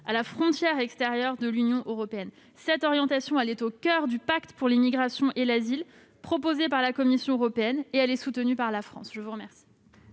à la frontière extérieure de l'Union européenne. Cette orientation, figurant au coeur du pacte sur la migration et l'asile proposé par la Commission européenne, est soutenue par la France.